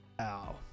Ow